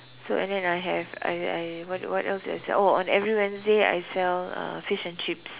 so and then I have I I what what else do I sell oh on every Wednesday I sell uh fish and chips